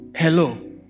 hello